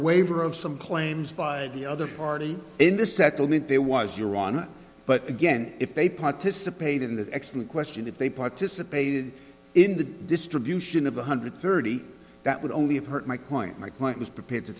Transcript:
waiver of some claims by the other party in the settlement there was your honor but again if they participated in that excellent question if they participated in the distribution of one hundred thirty that would only have hurt my coin my point was prepared to